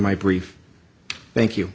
my brief thank you